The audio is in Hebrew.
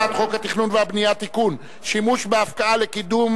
הצעת חוק התכנון והבנייה (תיקון שימוש בהפקעות לקידום